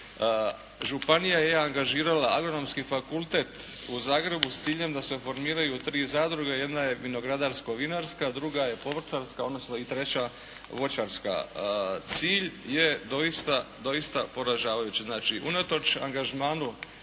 županija je angažirala Agronomski fakultet u Zagrebu s ciljem da se formiraju tri zadruge jedna je vinogradarsko-vinarska, druga je povrtlarska i treća voćarska. Cilj je doista poražavajući. Znači unatoč angažmanu